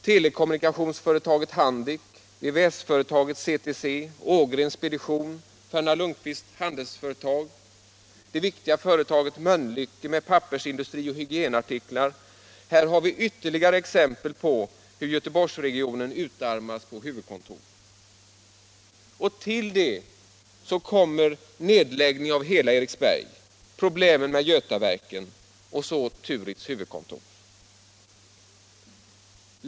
Telekommunikationsföretaget Handic, VVS företaget CTC, Ågrens spedition, Ferdinand Lundquists handelsföretag, det viktiga företaget Mölnlycke med pappersindustri och hygienartiklar — här har vi ytterligare exempel på hur Göteborgsregionen utarmas på huvudkontor. Till detta kommer nedläggningen av hela Eriksberg, problemen med Götaverken och så Turitz huvudkontor.